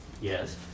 Yes